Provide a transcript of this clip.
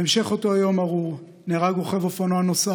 בהמשך אותו יום ארור נהרג רוכב אופנוע נוסף,